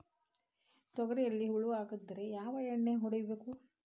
ತೊಗರಿಯಲ್ಲಿ ಹುಳ ಆಗಿದ್ದರೆ ಯಾವ ಎಣ್ಣೆ ಹೊಡಿಬೇಕು?